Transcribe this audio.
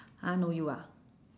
!huh! no you ah